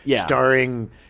starring